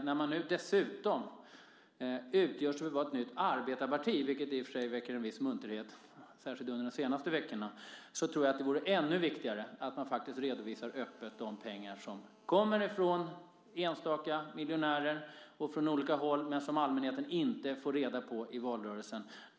När man nu dessutom utger sig för att vara ett arbetarparti, vilket i och för sig väckt viss munterhet särskilt under de senaste veckorna, tror jag att det vore ännu viktigare att man faktiskt öppet redovisar det som kommer från enstaka miljonärer och från olika håll men som allmänheten inte får reda på i valrörelsen.